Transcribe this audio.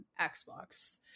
Xbox